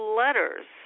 letters